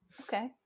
okay